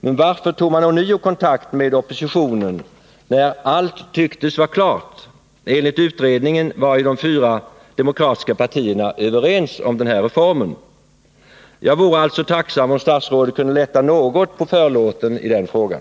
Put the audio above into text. Men varför tog man ånyo kontakt med oppositionen när allt tycktes vara klart enligt utredningen, där de fyra demokratiska partierna är överens om den här reformen? Jag vore alltså tacksam om statsrådet kunde lätta något på förlåten i den frågan.